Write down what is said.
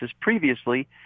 previously